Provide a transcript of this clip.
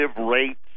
rates